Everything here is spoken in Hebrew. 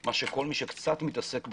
מה שכל מי שקצת מתעסק בתחום,